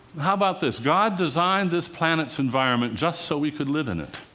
how about this god designed this planet's environment just so we could live in it.